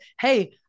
hey